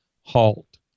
halt